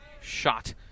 shot